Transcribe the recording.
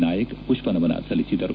ನಾಯಕ್ ಪುಷ್ವನಮನ ಸಲ್ಲಿಸಿದರು